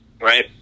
right